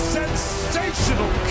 sensational